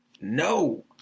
No